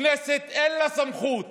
הכנסת אין סמכות